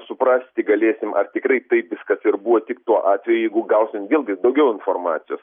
suprasti galėsim ar tikrai taip viskas ir buvo tik tuo atveju jeigu gausim vėlgi daugiau informacijos